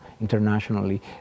internationally